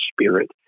Spirit